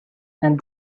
and